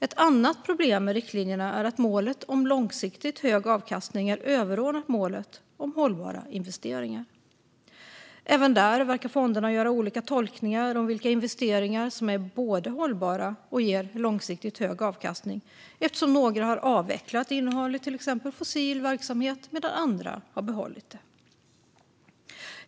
Ett annat problem med riktlinjerna är att målet om långsiktigt hög avkastning är överordnat målet om hållbara investeringar. Även där verkar fonderna göra olika tolkningar om vilka investeringar som både är hållbara och ger långsiktigt hög avkastning, eftersom några har avvecklat innehav i till exempel fossil verksamhet medan andra har behållit det.